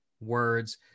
words